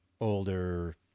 older